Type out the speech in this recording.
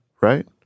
right